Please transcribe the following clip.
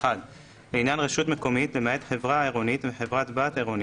(1)לעניין רשות מקומית למעט חברה עירונית וחברת בת עירונית,